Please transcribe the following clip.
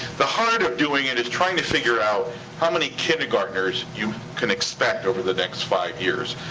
the heart of doing it is trying to figure out how many kindergarteners you can expect over the next five years,